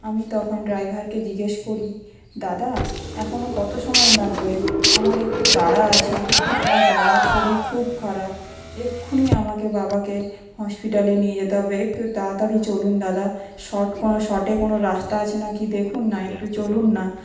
আমি তখন ড্রাইভারকে জিজ্ঞেস করি দাদা এখনও কত সময় লাগবে আমার একটু তাড়া আছে আমার বাবার শরীর খুব খারাপ এক্ষুনি আমাকে বাবাকে হসপিটালে নিয়ে যেতে হবে একটু তাড়াতাড়ি চলুন দাদা শর্ট কোন শর্টে কোন রাস্তা আছে নাকি দেখুন না একটু চলুন না